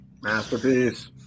masterpiece